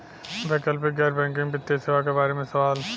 वैकल्पिक गैर बैकिंग वित्तीय सेवा के बार में सवाल?